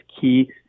key